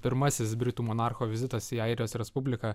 pirmasis britų monarcho vizitas į airijos respubliką